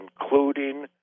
including